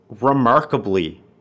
remarkably